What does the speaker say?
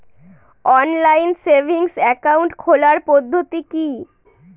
Online savings account খোলার পদ্ধতি কি?